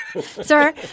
sir